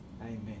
Amen